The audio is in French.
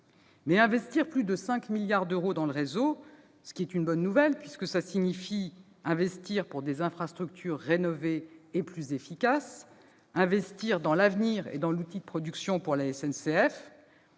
Mais investir plus de 5 milliards d'euros dans le réseau- ce qui est une bonne nouvelle, puisque cela signifie investir pour des infrastructures rénovées et plus efficaces, investir dans l'avenir et dans l'outil de production de la SNCF